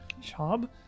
Job